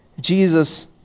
Jesus